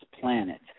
planet